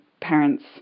parents